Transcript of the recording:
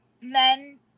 Men